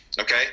okay